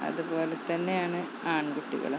അതുപോലെത്തന്നെയാണ് ആൺകുട്ടികൾ